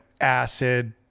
acid